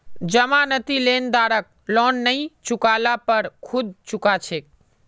जमानती लेनदारक लोन नई चुका ल पर खुद चुका छेक